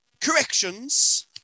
Corrections